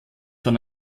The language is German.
von